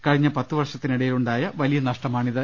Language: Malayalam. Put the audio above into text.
കഴിഞ്ഞ പത്തുവർഷത്തിനിടയിലുണ്ടായ വലിയ നഷ്ടമാണിത്